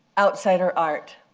outsider art,